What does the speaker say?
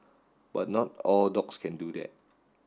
but not all dogs can do that